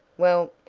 well,